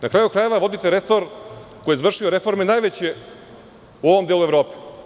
Na kraju krajeva, vodite resor koji je izvršio najveće reforme u ovom delu Evrope.